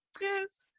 Yes